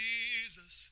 Jesus